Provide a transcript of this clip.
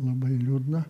labai liūdna